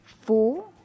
Four